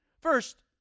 First